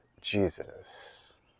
Jesus